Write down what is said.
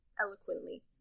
eloquently